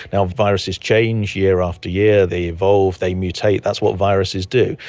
and viruses change year after year, they evolve, they mutate, that's what viruses do,